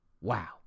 Wow